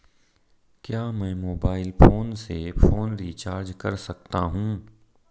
क्या मैं mobile phone से फोन रिचार्ज कर सकता हूं?